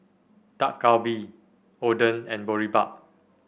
Dak Galbi Oden and Boribap